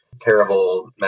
terrible